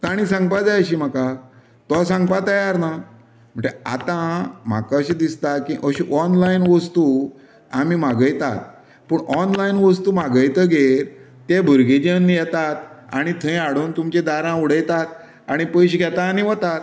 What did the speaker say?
तांणी सांगपा जाय अशीं म्हाका तो सांगपा तयार ना म्हणटर आता म्हाका अशें दिसता की अशें ऑनलायन वस्तू आमी मागयतात पूण ऑनलायन वस्तू मागयतकीर ते भुरगें जेन्ना येतात आणी थंय हाडून तुमचें दारांत उडयतात आनी पयशें घेता आनी वता